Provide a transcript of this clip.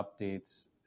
updates